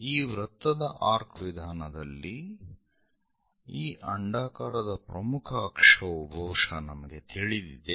ಈ ವೃತ್ತದ ಆರ್ಕ್ ವಿಧಾನದಲ್ಲಿ ಈ ಅಂಡಾಕಾರದ ಪ್ರಮುಖ ಅಕ್ಷವು ಬಹುಶಃ ನಮಗೆ ತಿಳಿದಿದೆ